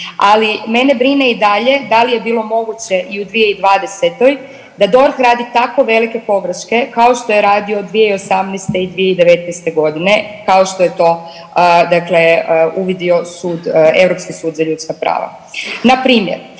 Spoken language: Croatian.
ali mene brine i dalje da li je bilo moguće i u 2020. da DORH radi tako velike pogreške kao što je radio 2018. i 2019.g. kao što je to uvidio Europski sud za ljudska prava.